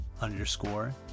underscore